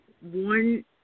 one –